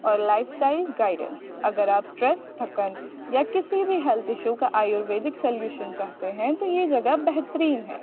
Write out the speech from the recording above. اور lifestyle guidance اگر آپ اسٹریس تھکن یا کسی بھی ہیلتھ ایشو کا آیورویدک سلیوشن چاہتے ہیں تو یہ جگہ بہترین ہے